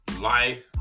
life